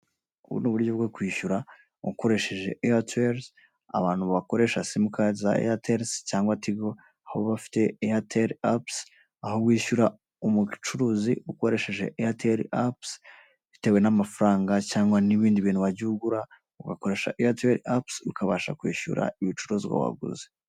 Ubu ni uburyo bwo kwishyura ukoresheje ayaterizi abantu bakoresha simukadi za eyaterizi cyangwa tigo, aho baba bafite eyateri apusi aho wishyura umucuruzi ukoresheje eyateri apusi bitewe n'amafaranga cyangwa n'ibindi bintu wagiye ugura ugakoresha eyateri apusi ukabasha kwishyura ibicuruzwa waguze.